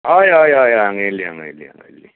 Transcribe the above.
हय हय हय आंगयल्ली आंगयल्ली आंगयल्ली